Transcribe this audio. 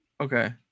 Okay